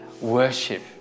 worship